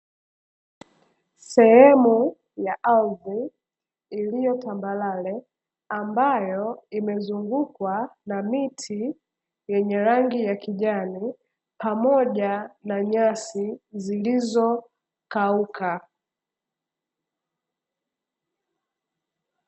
Sehemu ya ardhi iliyo tambarare, ambayo imezungukwa na miti yenye rangi kijani, pamoja na nyasi zilizokauka.